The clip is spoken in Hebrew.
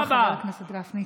תודה רבה, חבר הכנסת גפני.